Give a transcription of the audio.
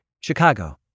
Chicago